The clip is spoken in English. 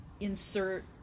insert